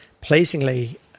pleasingly